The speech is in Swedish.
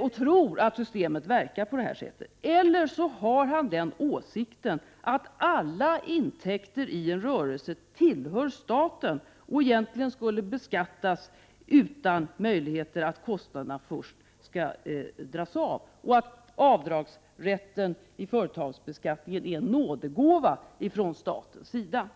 och tror att systemet verkar på det här sättet eller också har han åsikten att alla intäkter i en rörelse tillhör staten och egentligen skulle beskattas utan någon möjlighet till avdrag för kostnaderna. Avdragsrätten vid företagsbeskattningen är en nådegåva från statens sida.